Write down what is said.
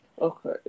okay